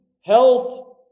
health